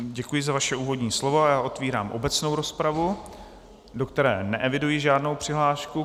Děkuji za vaše úvodní slovo a otvírám obecnou rozpravu, do které neeviduji žádnou přihlášku.